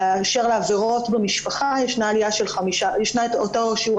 באשר לעבירות במשפחה ישנו את אותו שיעור